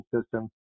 system